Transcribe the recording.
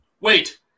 Wait